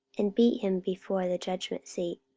and beat him before the judgment seat.